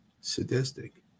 sadistic